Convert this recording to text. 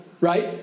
right